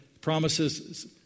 promises